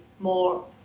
more